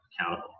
accountable